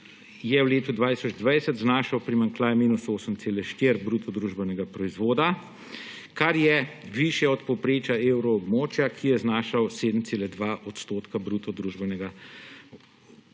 je v letu 2020 znašal primanjkljaj –8,4 bruto družbenega proizvoda, kar je višje od povprečja evroobmočja, kjer je znašal 7,2 % bruto družbenega proizvoda.